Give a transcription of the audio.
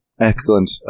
Excellent